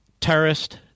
terrorist